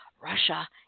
Russia